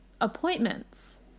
appointments